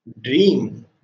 Dream